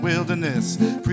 wilderness